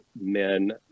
men